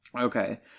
Okay